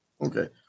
Okay